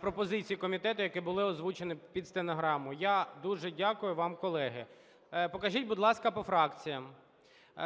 пропозицій комітету, які були озвучені під стенограму. Я дуже дякую вам, колеги. Покажіть, будь ласка, по фракція.